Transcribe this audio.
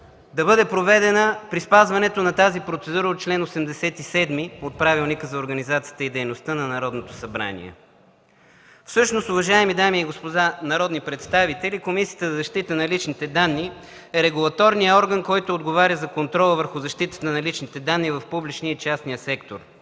да бъде проведен при спазването на тази процедура – чл. 87 от Правилника за организацията и дейността на Народното събрание. Всъщност, уважаеми дами и господа народни представители, Комисията за защита на личните данни е регулаторният орган, който отговаря за контрола върху защитата на личните данни в публичния и частния сектор.